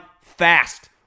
fast